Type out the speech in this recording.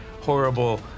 horrible